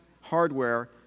hardware